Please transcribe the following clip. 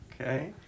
Okay